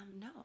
no